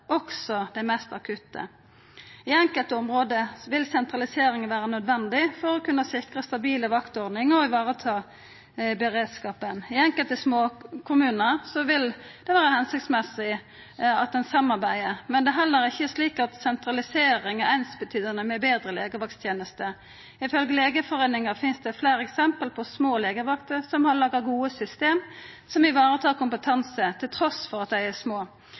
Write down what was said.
også dei mest akutte. I enkelte område vil sentralisering vera nødvendig for å kunna sikra stabile vaktordningar og ta vare på beredskapen. I enkelte småkommunar vil det vera hensiktsmessig at ein samarbeider, men det er heller ikkje slik at sentralisering betyr det same som betre legevakttenester. Ifølge Legeforeininga finst det fleire eksempel på små legevakter som har laga gode system som varetar kompetanse, trass i at dei er små.